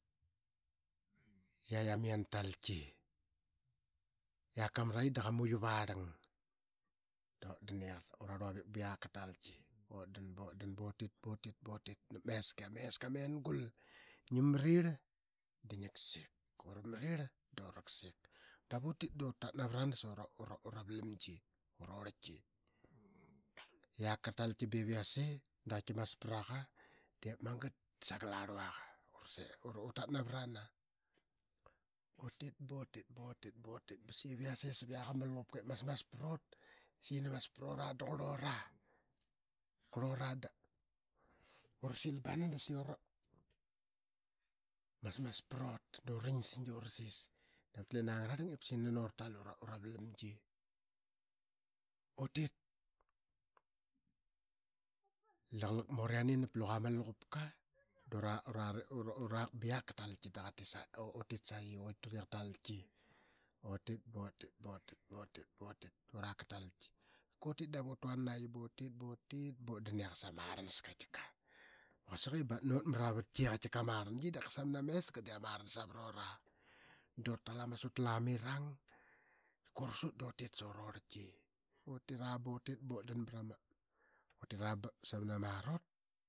Da yia yiam yiana talki. Yak yam mra qi da qa maqi varlang da ut dan i urar luavip ba qak ka talki. Ut dan ba ut dan ba utit ba utit nap. a eska i ama enagul. Ngi mrirl da ngi kasik ura mrirl da ura kasik. Dap ut tit da uratat navranas sa ura vlamgi dap kua ura orlki. Yak katalki ba iv yase da qaki mas pra qa diip magat da sagel aa rluaqa i ut tat navranas utit ba utit ba saqiva yase sap yiak ama luqupka ip masmas pa rut di saqi nani mas parura. Kurl ura da saqi ura sil bana da masmas par ut da uran singa da ura sis navat lena angararlang ip sagi nani ura tal ura vlamgi. Laqalak mut yiani nap laqu ma laquka da urak ba yiak ka talki da qa tit saqi ique ut tit saqi. Utit i urak ka talki diip magat da ut tat navra qa da qaki utuana qi. Ut tit ba ut tit ba ut dan i qasa ma arlangi dap tika. Quasik i bat nut mra ma vatki i tika ama arlangi dap tika samna ma eska dii ama arlangi savarura. Da ut tal ama sutlam irang ip tika urasut da ut tit sa ura orlki. Utra ba samen ama arotka.